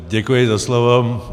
Děkuji za slovo.